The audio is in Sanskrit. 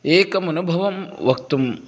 एकमनुभवं वक्तुम्